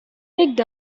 picked